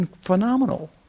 phenomenal